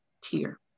tier